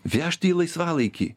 vežti į laisvalaikį